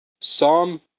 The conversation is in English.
Psalm